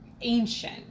ancient